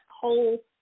whole